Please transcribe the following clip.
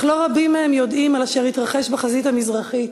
אך לא רבים מהם יודעים על אשר התרחש בחזית המזרחית,